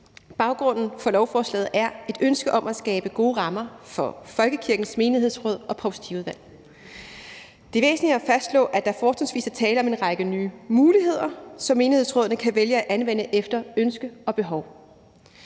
Baggrunden for lovforslaget er et ønske om at skabe gode rammer for folkekirkens menighedsråd og provstiudvalg. Det er væsentligt at fastslå, at der fortrinsvis er tale om en række nye muligheder, som menighedsrådene kan vælge at anvende efter ønske og behov.